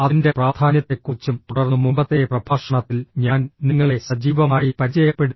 അതിന്റെ പ്രാധാന്യത്തെക്കുറിച്ചും തുടർന്ന് മുമ്പത്തെ പ്രഭാഷണത്തിൽ ഞാൻ നിങ്ങളെ സജീവമായി പരിചയപ്പെടുത്തി